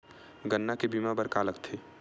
गन्ना के बीमा बर का का लगथे?